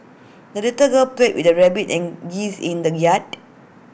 the little girl played with her rabbit and geese in the yard